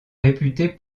réputé